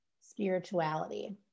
spirituality